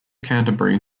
canterbury